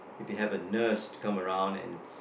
if we have a nurse come around and